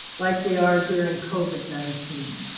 like they are during covid nineteen?